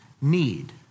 need